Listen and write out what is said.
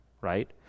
right